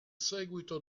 seguito